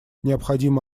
необходимы